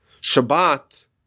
Shabbat